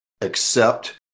accept